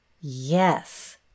Yes